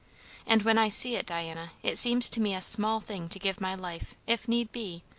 and when i see it, diana, it seems to me a small thing to give my life, if need be,